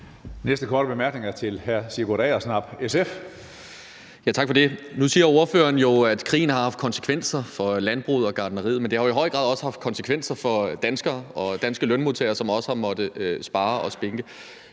Næste korte bemærkning er til hr. Sigurd Agersnap